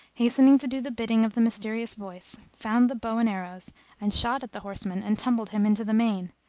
hastening to do the bidding of the mysterious voice, found the bow and arrows and shot at the horseman and tumbled him into the main,